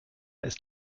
ist